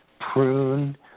prune